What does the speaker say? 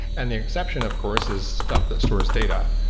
and the exception of course is stuff that stores data.